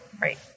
Right